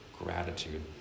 gratitude